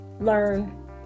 learn